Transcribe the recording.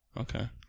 Okay